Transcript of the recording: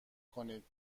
کنید